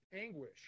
anguish